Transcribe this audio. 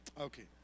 Okay